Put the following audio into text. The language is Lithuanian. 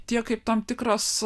tiek kaip tam tikras